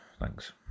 Thanks